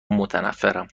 متنفرم